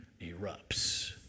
erupts